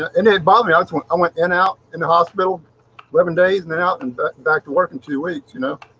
and it bobby that's when i went in out in the hospital eleven days and then out and back to work in two weeks, you know